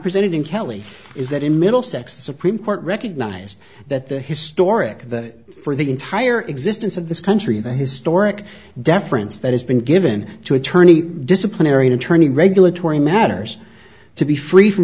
presented in kelly is that in middlesex the supreme court recognized that the historic that for the entire existence of this country the historic deference that has been given to attorney disciplinary an attorney regulatory matters to be free from